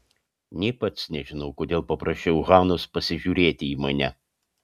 nė pats nežinau kodėl paprašiau hanos pasižiūrėti į mane